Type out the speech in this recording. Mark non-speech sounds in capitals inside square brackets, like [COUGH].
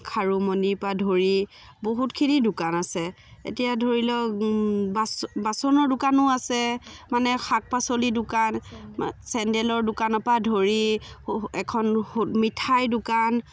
খাৰু মণিৰ পৰা ধৰি বহুতখিনি দোকান আছে এতিয়া ধৰি লওক বাচন বাচনৰ দোকানো আছে মানে শাক পাচলিৰ দোকান চেন্দেলৰ দোকানৰ পৰা ধৰি সৌ সৌ এখন [UNINTELLIGIBLE] মিঠাইৰ দোকান